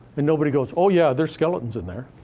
and nobody goes, oh, yeah, there's skeletons in there.